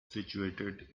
situated